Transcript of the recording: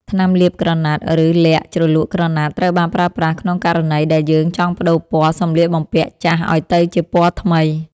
ថ្នាំលាបក្រណាត់ ឬលក្ខណ៍ជ្រលក់ក្រណាត់ ត្រូវបានប្រើប្រាស់ក្នុងករណីដែលយើងចង់ប្ដូរពណ៌សម្លៀកបំពាក់ចាស់ឱ្យទៅជាពណ័ថ្មី។